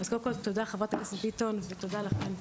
אז קודם כל, תודה חברת הכנסת ביטון ותודה לכם.